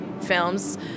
films